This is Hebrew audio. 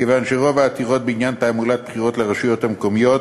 כיוון שרוב העתירות בעניין תעמולת בחירות לרשויות המקומיות